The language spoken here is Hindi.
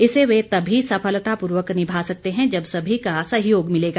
इसे वह तभी सफलतापूर्वक निभा सकते हैं जब सभी का सहयोग मिलेगा